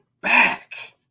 back